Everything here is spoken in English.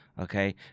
okay